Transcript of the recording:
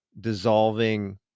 dissolving